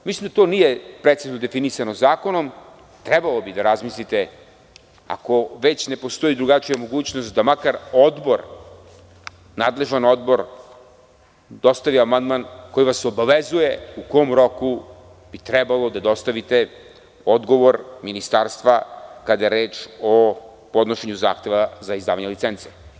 Mislim da to nije precizno definisano zakonom, trebalo bi da razmislite, ako već ne postoji drugačija mogućnost, da makar nadležan odbor dostavi amandman koji vas obavezuje u kom roku bi trebalo da da dostavite odgovor ministarstva kada je reč o podnošenju zahteva za izdavanje licence.